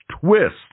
Twist